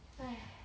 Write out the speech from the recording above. !hais!